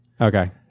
Okay